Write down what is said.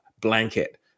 blanket